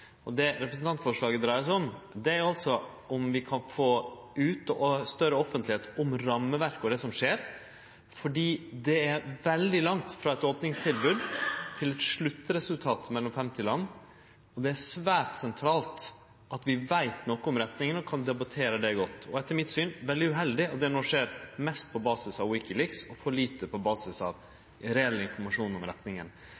Det representantforslaget dreier seg om, er altså om vi kan få større offentlegheit om rammeverket og det som skjer, fordi det er veldig langt frå eit opningstilbod til sluttresultatet mellom 51 land, og det er svært sentralt at vi veit noko om retninga og kan debattere det godt. Etter mitt syn er det veldig uheldig at det no skjer mest på basis av WikiLeaks og for lite på